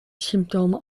symptomen